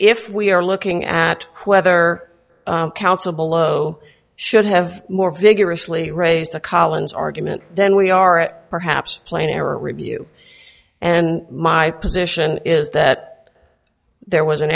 if we are looking at whether counsel below should have more vigorously raised the collins argument then we are perhaps playing error review and my position is that there was an